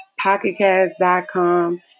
pocketcast.com